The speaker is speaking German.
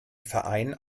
verein